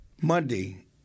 Monday